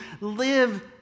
live